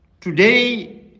Today